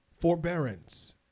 forbearance